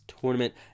tournament